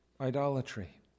idolatry